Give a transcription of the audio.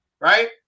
right